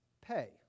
pay